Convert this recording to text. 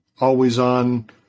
always-on